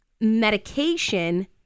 medication